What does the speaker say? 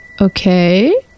Okay